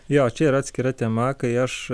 jo čia yra atskira tema kai aš